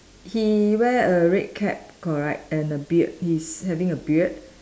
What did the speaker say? he wear a red cap correct and a beard he's having a beard